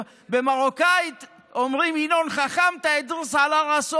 במרוקנית אומרים: (אומר במרוקנית ומתרגם:)